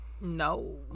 No